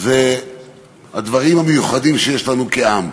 זה הדברים המיוחדים שיש לנו כעם,